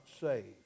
saved